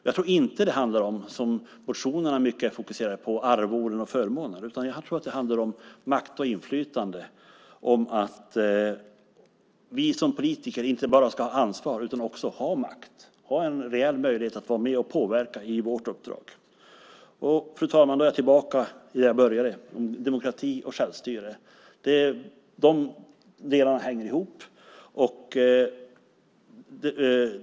Jag tror inte att det handlar om, som det i motionerna fokuseras mycket på, arvoden och förmåner, utan jag tror att det handlar om makt och inflytande, om att vi som politiker inte bara ska ha ansvar utan också makt. Vi ska ha en reell möjlighet att vara med och påverka i vårt uppdrag. Fru talman! Då är jag tillbaka där jag började, med demokrati och självstyre. De delarna hänger ihop.